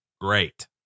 great